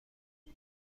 این